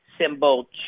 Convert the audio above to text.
symbol